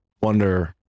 wonder